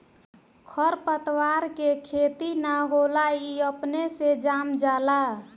खर पतवार के खेती ना होला ई अपने से जाम जाला